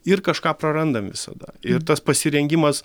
ir kažką prarandam visada ir tas pasirengimas